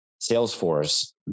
Salesforce